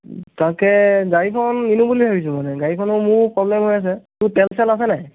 তাকে গাড়ীখন নিনো বুলি ভাবিছোঁ মানে গাড়ীখনো মোৰ প্ৰব্লেম হৈ আছে তোৰ তেল চেল আছেনে